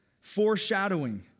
foreshadowing